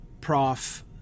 prof